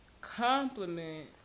compliment